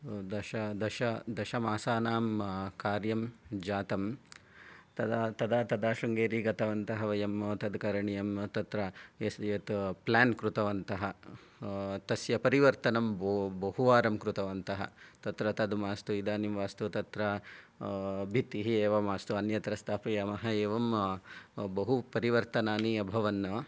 दश दश दशमासानां कार्यं जातं तदा तदा तदा शृङ्गेरी गतवन्तः वयं तत् करणीयं तत्र यस् यत् प्लान् कृतवन्तः तस्य परिवर्तनं बहुवारं कृतवन्तः तत्र तत् मास्तु इदानीं मास्तु तत्र भित्तिः एव मास्तु अन्यत्र स्थापयामः एवं बहु परिवर्तनानि अभवन्